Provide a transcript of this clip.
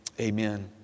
amen